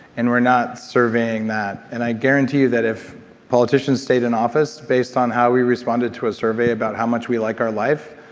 and we're not surveying that and i guarantee you that if politicians stayed in office based on how we responded to a survey about how much we like our life,